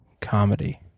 comedy